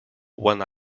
when